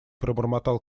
пробормотал